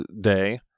day